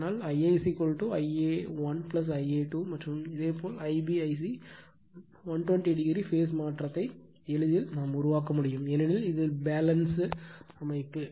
அதனால்Ia Ia 1 Ia 2 மற்றும் இதேபோல் Ib Ic 120 o phase மாற்றத்தை எளிதில் உருவாக்க முடியும் ஏனெனில் இது பேலன்ஸ் அமைப்பு